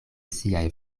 siaj